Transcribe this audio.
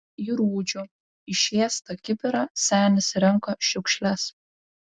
į rūdžių išėstą kibirą senis renka šiukšles